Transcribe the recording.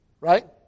right